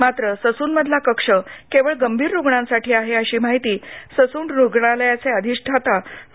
मात्र ससूनमधला कक्ष केवळ गंभीर रूग्णांसाठी आहे अशी माहिती ससून रूग्णालयाचे अधिष्ठाता डॉ